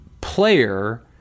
player